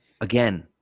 again